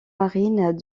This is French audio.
marine